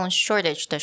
shortage